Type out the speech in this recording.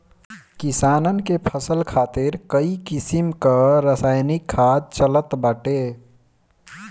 किसानन के फसल खातिर कई किसिम कअ रासायनिक खाद चलत बाटे